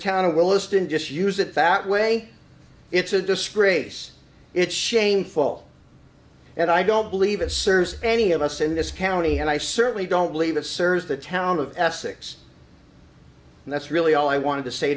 town of willesden just use it that way it's a disgrace it's shameful and i don't believe it serves any of us in this county and i certainly don't believe it serves the town of essex and that's really all i wanted to say